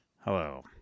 Hello